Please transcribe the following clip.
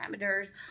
parameters